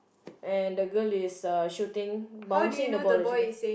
and the girl is uh shooting bouncing the ball actually